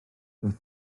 doedd